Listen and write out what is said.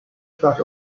such